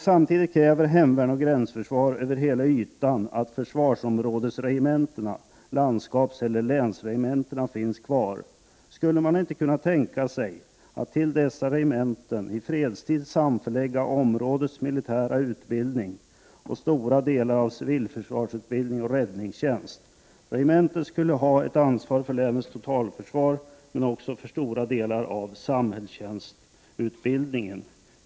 Samtidigt kräver hemvärn och gränsförsvar över hela ytan att försvarsområdesregementena — landskapseller länsregementen — finns kvar. Skulle man inte kunna tänka sig att till dessa regementen i fredstid samförlägga områdets militära utbildning och stora delar av civilförsvarsutbildning och räddningstjänst? Regementet skulle ha ett ansvar för länets totalförsvar men också för stora delar av samhällstjänstutbildningen.